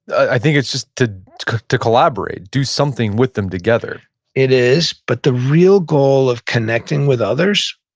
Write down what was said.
i think it's just to to collaborate. do something with them together it is. but the real goal of connecting with others,